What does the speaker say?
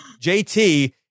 jt